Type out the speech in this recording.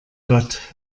gott